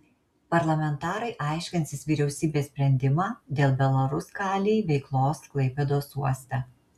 parlamentarai aiškinsis vyriausybės sprendimą dėl belaruskalij veiklos klaipėdos uoste